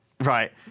Right